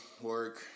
work